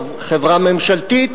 חברה ממשלתית,